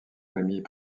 familles